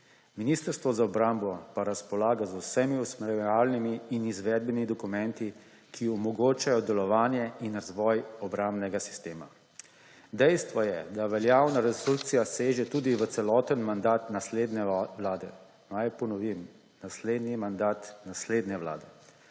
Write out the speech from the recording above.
Ministrstvo za obrambo pa razpolaga z vsemi usmerjevalnimi in izvedbenimi dokumenti, ki omogočajo delovanje in razvoj obrambnega sistema. Dejstvo je, da veljavna resolucija tudi v celoten mandat naslednje vlade – naj ponovim, naslednji mandat naslednje vlade